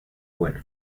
bueno